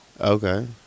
Okay